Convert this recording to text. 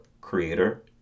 creator